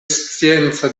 scienca